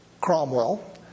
Cromwell